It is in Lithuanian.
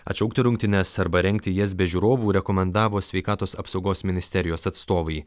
atšaukti rungtynes arba rengti jas be žiūrovų rekomendavo sveikatos apsaugos ministerijos atstovai